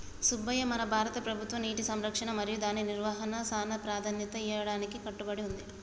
సుబ్బయ్య మన భారత ప్రభుత్వం నీటి సంరక్షణ మరియు దాని నిర్వాహనకు సానా ప్రదాన్యత ఇయ్యడానికి కట్టబడి ఉంది